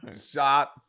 Shots